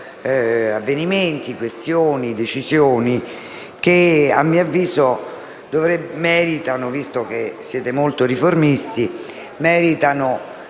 Grazie,